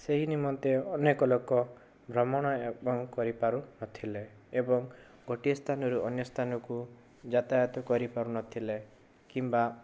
ସେହି ନିମନ୍ତେ ଅନେକ ଲୋକ ଭ୍ରମଣ ଏବଂ କରି ପାରୁନଥିଲେ ଏବଂ ଗୋଟିଏ ସ୍ଥାନରୁ ଅନ୍ୟ ସ୍ଥାନକୁ ଯାତାୟତ କରି ପାରୁନଥିଲେ କିମ୍ୱା